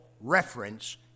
reference